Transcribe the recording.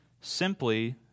Simply